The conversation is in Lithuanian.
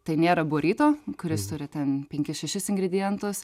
tai nėra burito kuris turi ten penkis šešis ingredientus